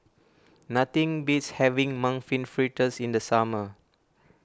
nothing beats having Mung Bean Fritters in the summer